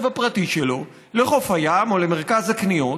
הפרטי שלו לחוף הים או למרכז הקניות,